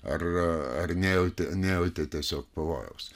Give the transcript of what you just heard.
ar nejautė nejautė tiesiog pavojaus